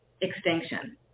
extinction